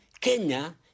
Kenya